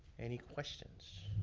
any questions?